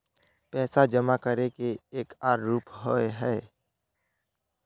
पैसा जमा करे के एक आर रूप होय है?